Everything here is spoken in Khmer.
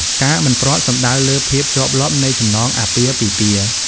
ការមិនព្រាត់ សំដៅលើភាពជាប់លាប់នៃចំណងអាពាហ៍ពិពាហ៍។